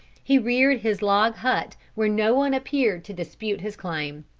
he reared his log hut where no one appeared to dispute his claim.